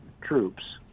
troops